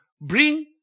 bring